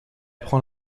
prend